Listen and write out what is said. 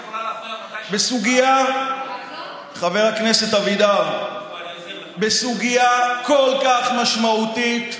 בסוגיה, חבר הכנסת אבידר, בסוגיה כל כך משמעותית,